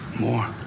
More